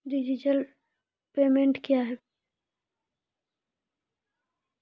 Digital payment क्या हैं?